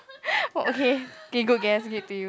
okay K good guess give it to you